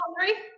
three